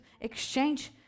exchange